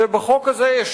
שבחוק הזה יש